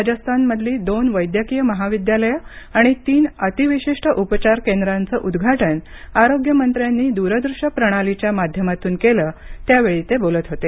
राजस्थानमधली दोन वैद्यकीय महाविद्यालयं आणि तीन अतीविशिष्ट उपचार केंद्रांचं उद्घाटन आरोग्य मंत्र्यांनी दूरदृश्य प्रणालीच्या माध्यमातून केलं त्यावेळी ते बोलत होते